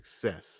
success